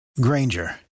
granger